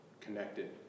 connected